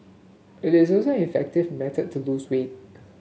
it is also an effective method to lose weight